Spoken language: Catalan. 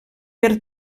per